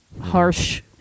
harsh